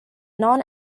non